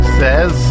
says